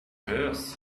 hers